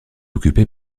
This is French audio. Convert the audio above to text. occupé